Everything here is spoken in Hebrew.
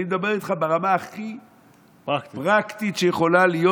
אני מדבר איתך ברמה הכי פרקטית שיכולה להיות.